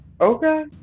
okay